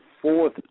fourth